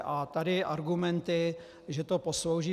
A tady argumenty, že to poslouží...